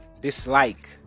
dislike